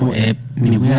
a